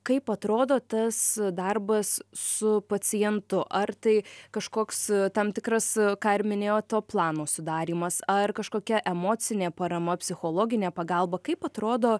kaip atrodo tas darbas su pacientu ar tai kažkoks tam tikras ką ir minėjot to plano sudarymas ar kažkokia emocinė parama psichologinė pagalba kaip atrodo